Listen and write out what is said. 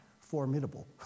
formidable